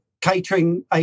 catering